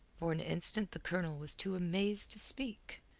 for an instant the colonel was too amazed to speak.